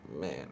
man